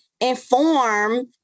inform